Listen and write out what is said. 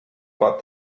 about